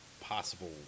possible